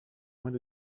moins